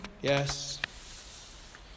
yes